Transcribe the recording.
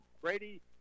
Brady